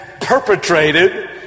perpetrated